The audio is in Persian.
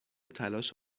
تلاش